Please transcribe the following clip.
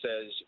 says